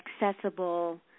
accessible